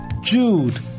Jude